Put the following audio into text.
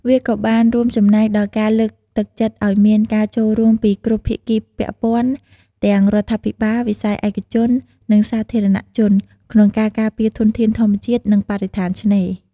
វាក៏បានរួមចំណែកដល់ការលើកទឹកចិត្តឲ្យមានការចូលរួមពីគ្រប់ភាគីពាក់ព័ន្ធ ទាំងរដ្ឋាភិបាល វិស័យឯកជន និងសាធារណជន ក្នុងការការពារធនធានធម្មជាតិ និងបរិស្ថានឆ្នេរ។